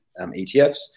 ETFs